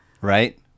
Right